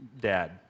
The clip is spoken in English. Dad